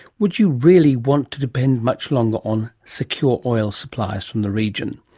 would you really want to depend much longer on secure oil supplies from the region?